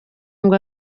ngo